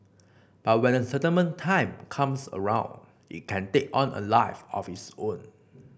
but when the settlement time comes around it can take on a life of its own